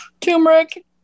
Turmeric